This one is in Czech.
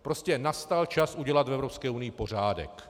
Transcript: Prostě nastal čas udělat v Evropské unii pořádek.